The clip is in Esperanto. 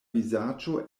vizaĝo